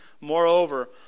Moreover